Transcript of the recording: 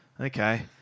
Okay